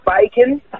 bacon